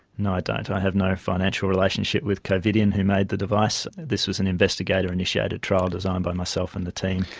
no, i don't, i have no financial relationship with covidien, who made the device. this was an investigator initiated trial designed by myself and the team.